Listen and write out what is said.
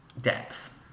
Depth